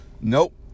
Nope